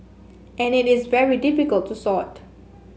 and it is very difficult to sort